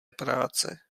práce